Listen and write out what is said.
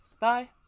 Bye